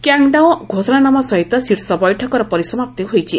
Qingdao ଘୋଷଣାନାମ ସହିତ ଶୀର୍ଷ ବୈଠକର ପରିସମାପ୍ତି ହୋଇଛି